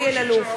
אלי אלאלוף,